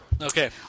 Okay